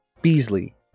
Beasley